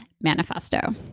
Manifesto